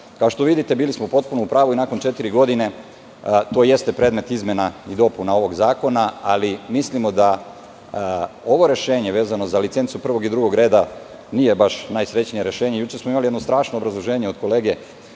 što vidite, bili smo potpuno u pravu i nakon četiri godine to jeste predmet izmena i dopuna ovog zakona, ali mislimo da ovo rešenje vezano za licencu prvog i drugog reda, nije baš najsrećnije rešenje. Juče smo imali jednu strašno obrazloženje od kolege